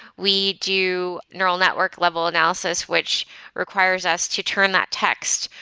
we do neural network level analysis, which requires us to turn that text,